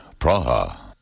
Praha